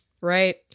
Right